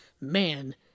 man